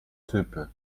typy